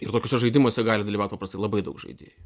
ir tokiuose žaidimuose gali dalyvauti paprastai labai daug žaidėjų